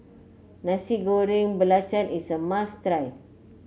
Nasi Goreng Belacan is a must try